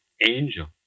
Angel